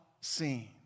seen